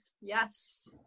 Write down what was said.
Yes